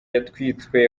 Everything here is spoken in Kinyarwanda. yatwitswe